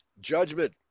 judgment